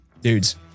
dudes